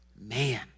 Man